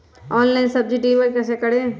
Online सब्जी deliver कैसे करें?